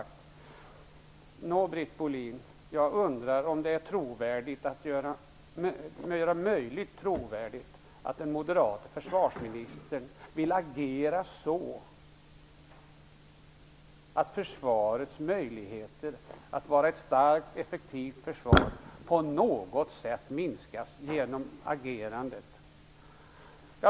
Nå, Britt Bohlin, jag undrar om det går att göra trovärdigt att den moderate försvarsministern vill agera så att försvarets möjligheter att vara starkt och effektivt på något sätt minskas.